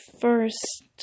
first